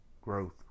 Growth